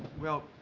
well,